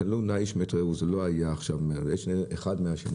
שאלו נא איש מאת רעהו זה לא היה זה אחד מהשני.